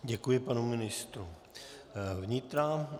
Děkuji panu ministru vnitra.